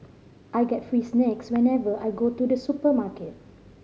I get free snacks whenever I go to the supermarket